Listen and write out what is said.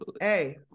Hey